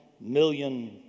million